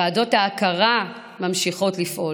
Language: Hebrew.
ועדות ההכרה ממשיכות לפעול.